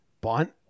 Bunt